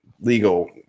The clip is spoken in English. legal